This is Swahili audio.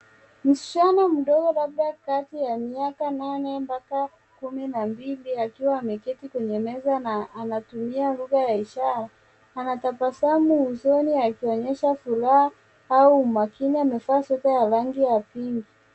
Msichana mdogo labda kati ya miaka nane mbaka kumi na mbili akiwa ameketi kwenye meza na anatumia lugha ya ishara, ana tabasamu usoni akionyesha furaha au umakini amevaa sweta ya rangi ya pinki.